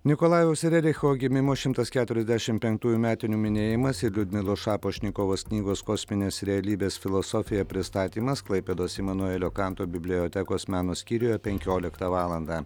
nikolajaus rericho gimimo šimtas keturiasdešimt penktųjų metinių minėjimas ir liudmilos šapošnikovos knygos kosminės realybės filosofija pristatymas klaipėdos imanuelio kanto bibliotekos meno skyriuje penkioliktą valandą